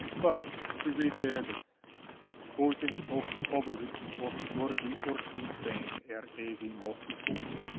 but we read there that odinn tok hofudit ok smurdi urtum theim er egi matti funa.